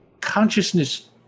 consciousness